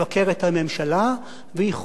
והיא חופשית גם לתמוך בממשלה.